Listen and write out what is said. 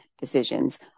decisions